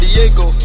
Diego